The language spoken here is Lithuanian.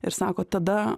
ir sako tada